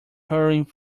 hurrying